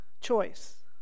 choice